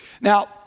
Now